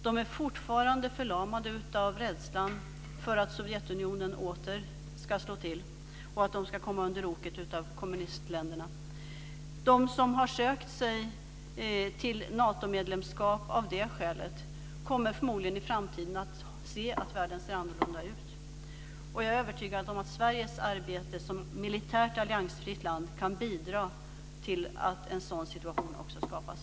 De är fortfarande förlamade av rädsla för att Sovjetunionen åter ska slå till och att de ska komma under oket av kommunistländerna. De som har sökt sig till Natomedlemskap av det skälet kommer i framtiden förmodligen att inse att världen ser annorlunda ut. Jag är övertygad om att Sveriges arbete som militärt alliansfritt land också kan bidra till att en sådan situation skapas.